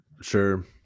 Sure